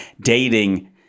dating